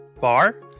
bar